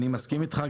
אני מסכים איתך,